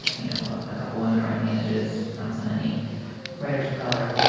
you know, a couple of women around the edges, not so many writers of color.